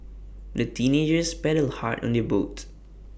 the teenagers paddled hard on their boat